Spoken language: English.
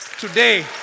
Today